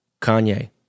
Kanye